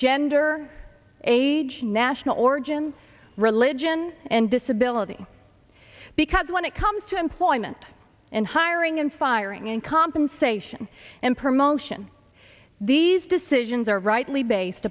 gender age national origin religion and disability because when it comes to employment and hiring and firing and compensation and promotion these decisions are rightly based